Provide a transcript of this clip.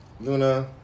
Luna